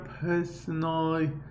personally